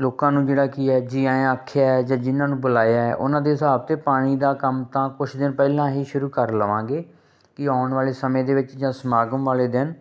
ਲੋਕਾਂ ਨੂੰ ਜਿਹੜਾ ਕੀ ਹੈ ਜੀ ਆਇਆਂ ਆਖਿਆ ਹੈ ਜਾਂ ਜਿਨ੍ਹਾਂ ਨੂੰ ਬੁਲਾਇਆ ਹੈ ਉਨ੍ਹਾਂ ਦੇ ਹਿਸਾਬ 'ਤੇ ਪਾਣੀ ਦਾ ਕੰਮ ਤਾਂ ਕੁਛ ਦਿਨ ਪਹਿਲਾਂ ਹੀ ਸ਼ੁਰੂ ਕਰ ਲਵਾਂਗੇ ਕਿ ਆਉਣ ਵਾਲੇ ਸਮੇਂ ਦੇ ਵਿੱਚ ਜਾਂ ਸਮਾਗਮ ਵਾਲੇ ਦਿਨ